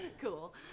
cool